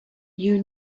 you